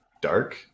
dark